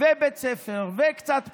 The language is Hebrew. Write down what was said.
ובית ספר, וקצת פנאי,